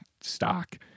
stock